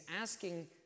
asking